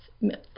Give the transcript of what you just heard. Myths